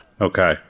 okay